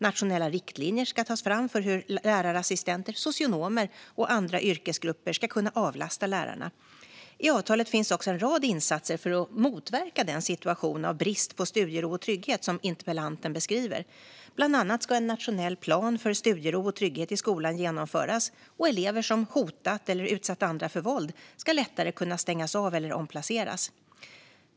Nationella riktlinjer ska tas fram för hur lärarassistenter, socionomer och andra yrkesgrupper ska kunna avlasta lärarna. I avtalet finns också en rad insatser för att motverka den situation av brist på studiero och trygghet som interpellanten beskriver. Bland annat ska en nationell plan för studiero och trygghet i skolan genomföras och elever som hotat eller utsatt andra för våld ska lättare kunna stängas av eller omplaceras.